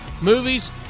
movies